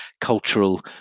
cultural